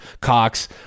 Cox